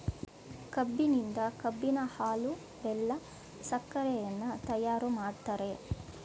ಕಬ್ಬಿನಿಂದ ಕಬ್ಬಿನ ಹಾಲು, ಬೆಲ್ಲ, ಸಕ್ಕರೆಯನ್ನ ತಯಾರು ಮಾಡ್ತರೆ